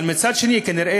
אבל מצד אחר,